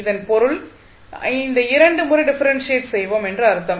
இதன் பொருள் அதை இரண்டு முறை டிஃபரென்ஷியேட் செய்வோம் என்று அர்த்தம்